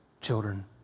children